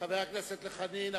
הכנסת דב חנין.